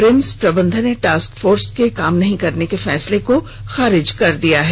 RIMS प्रबंधन ने task force के काम नहीं करने के फैसले को खारिज कर दिया है